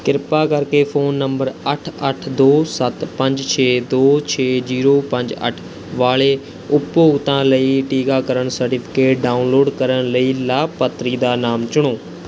ਕਿਰਪਾ ਕਰਕੇ phone number ਅੱਠ ਅੱਠ ਦੋ ਸੱਤ ਪੰਜ ਛੇ ਦੋ ਛੇ ਜੀਰੋ ਪੰਜ ਅੱਠ ਵਾਲੇ ਉਪਭੋਗਤਾ ਲਈ ਟੀਕਾਕਰਨ ਸਰਟੀਫਿਕੇਟ ਡਾਊਨਲੋਡ ਕਰਨ ਲਈ ਲਾਭਪਾਤਰੀ ਦਾ ਨਾਮ ਚੁਣੋ